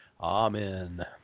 Amen